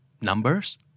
numbers